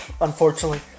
unfortunately